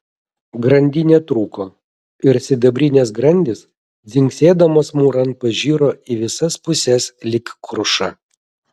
grandinė trūko ir sidabrinės grandys dzingsėdamos mūran pažiro į visas puses lyg kruša